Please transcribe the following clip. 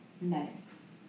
medics